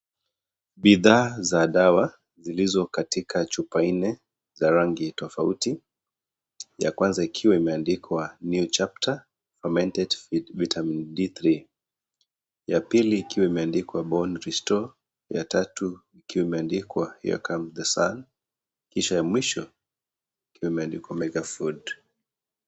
Bidhaa za dawa zilizo katika chupa nne za rangi tofauti , ya kwanza ikiwa imeandikwa New chapter fermented Vitamin D3 , ya pili ikiwa imeandikwa Bone restore , ya tatu ikiwa imeandikwa Here comes the sun , kisha ya mwisho ikiwa imeandikwa Mega Food .